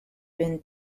been